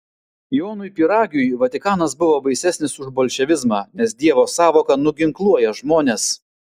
jonui pyragiui vatikanas buvo baisesnis už bolševizmą nes dievo sąvoka nuginkluoja žmones